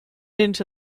into